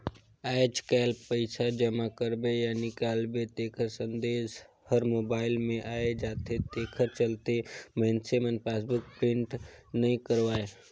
आयज कायल पइसा जमा करबे या निकालबे तेखर संदेश हर मोबइल मे आये जाथे तेखर चलते मइनसे मन पासबुक प्रिंट नइ करवायें